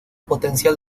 potencial